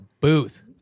booth